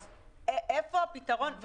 אז איפה הפתרון?